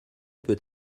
peut